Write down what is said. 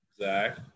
Zach